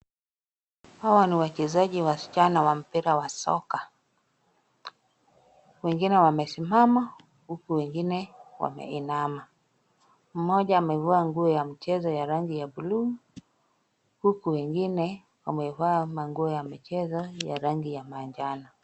Hawa ni wachezaji wasichana wa mpira wa soka. Wengine wamesimama huku wengine wameinama. Mmoja amevaa nguo ya mchezo ya rangi ya buluu huku wengine wamevaa manguo ya michezo ya rangi ya manjano.